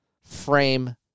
frame